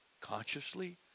Consciously